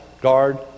guard